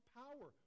power